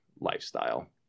lifestyle